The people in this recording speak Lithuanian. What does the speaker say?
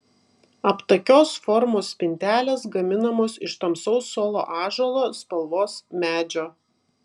aptakios formos spintelės gaminamos iš tamsaus solo ąžuolo spalvos medžio